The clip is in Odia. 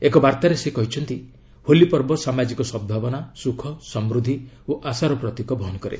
ଏକ ବାର୍ଭାରେ ସେ କହିଛନ୍ତି ହୋଲି ପର୍ବ ସାମାଜିକ ସଦ୍ଭାବନା ସୁଖ ସମୃଦ୍ଧି ଓ ଆଶାର ପ୍ରତୀକ ବହନ କରେ